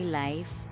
life